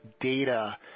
data